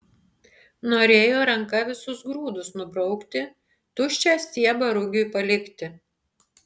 norėjo ranka visus grūdus nubraukti tuščią stiebą rugiui palikti